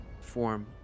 form